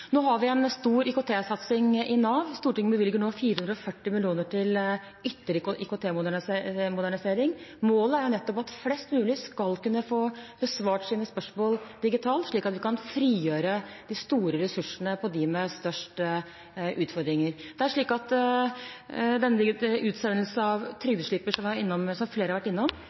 Nå har vi en stor IKT-satsing i Nav. Stortinget bevilger nå 440 mill. kr til ytterligere IKT-modernisering. Målet er at flest mulig skal kunne få besvart sine spørsmål digitalt, slik at man kan frigjøre de store ressursene til dem som har størst utfordringer. Det er slik at digital utsendelse av trygdeslipper, som flere har vært innom, utgjør 30 mill. kr, som